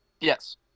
Yes